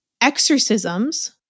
exorcisms